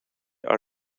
our